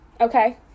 Okay